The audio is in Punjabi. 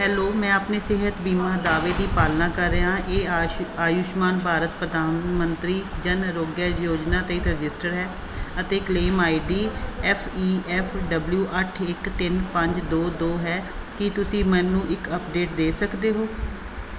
ਹੈਲੋ ਮੈਂ ਆਪਣੇ ਸਿਹਤ ਬੀਮਾ ਦਾਅਵੇ ਦੀ ਪਾਲਣਾ ਕਰ ਰਿਹਾ ਹਾਂ ਇਹ ਆਯੁਸ਼ ਆਯੁਸ਼ਮਾਨ ਭਾਰਤ ਪ੍ਰਧਾਨ ਮੰਤਰੀ ਜਨ ਆਰੋਗਯ ਯੋਜਨਾ ਤਹਿਤ ਰਜਿਸਟਰਡ ਹੈ ਅਤੇ claim I D F E F W ਅੱਠ ਇੱਕ ਤਿੰਨ ਪੰਜ ਦੋ ਦੋ ਹੈ ਕੀ ਤੁਸੀਂ ਮੈਨੂੰ ਇੱਕ ਅਪਡੇਟ ਦੇ ਸਕਦੇ ਹੋ